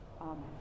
Amen